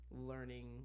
learning